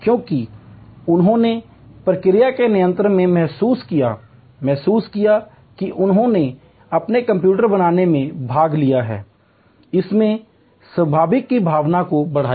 क्योंकि उन्होंने प्रक्रिया के नियंत्रण में महसूस किया महसूस किया कि उन्होंने अपना कंप्यूटर बनाने में भाग लिया है इसने स्वामित्व की भावना को बढ़ाया